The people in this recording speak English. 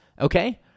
Okay